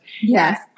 Yes